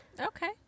Okay